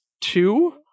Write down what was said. two